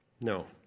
No